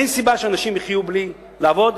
אין סיבה שאנשים יחיו בלי לעבוד,